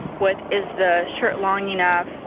with is the shirt long enough